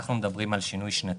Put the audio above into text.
אנחנו מדברים על שינוי שנתי.